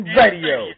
radio